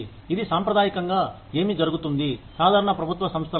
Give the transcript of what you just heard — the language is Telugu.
ఇది సాంప్రదాయకంగా ఏమి జరుగుతుంది సాధారణ ప్రభుత్వ సంస్థలలో